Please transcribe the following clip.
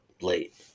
late